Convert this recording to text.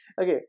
okay